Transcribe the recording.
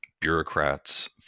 bureaucrats